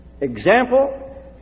example